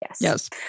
Yes